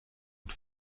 und